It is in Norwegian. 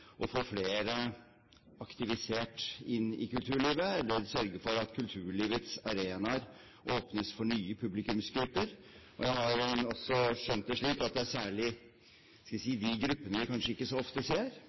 å få flere aktivisert i kulturlivet, eller sørge for at kulturlivets arenaer åpnes for nye publikumsgrupper. Jeg har også skjønt at det særlig – hva skal jeg si – er de gruppene vi kanskje ikke så ofte ser.